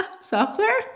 Software